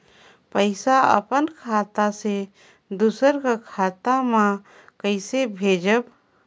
पइसा अपन खाता से दूसर कर खाता म कइसे भेजब?